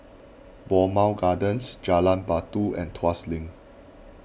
Bowmont Gardens Jalan Batu and Tuas Link